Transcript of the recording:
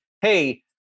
hey